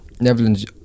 Netherlands